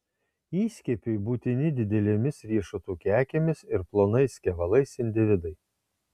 įskiepiui būtini didelėmis riešutų kekėmis ir plonais kevalais individai